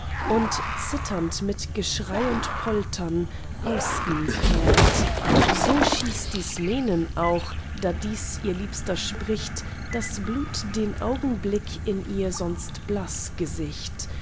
und zitternd mit geschrei und poltern aus ihm fährt so schießt ismenen auch da dies ihr liebster spricht das blut den augenblick in ihr sonst blaß gesicht